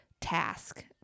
task